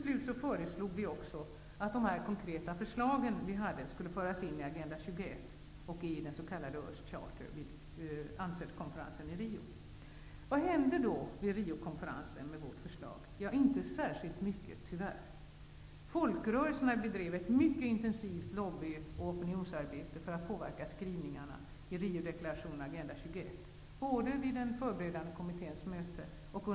Slutligen föreslog vi också att alla dessa konkreta förslag skulle föras in i Agenda 21 och i den s.k. Earth charter vid UNCED-konferensen i Rio. Vad hände då med vårt förslag under Riokonferensen? Inte särskilt mycket, tyvärr. Folkrörelserna bedrev både vid den förberedande kommitténs möte och under våren i Rio ett mycket intensivt lobby och opinionsarbete för att påverka skrivningarna i Riodeklarationen och i Agenda 21.